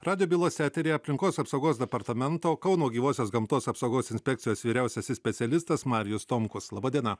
radijo bylos eteryje aplinkos apsaugos departamento kauno gyvosios gamtos apsaugos inspekcijos vyriausiasis specialistas marijus tomkus laba diena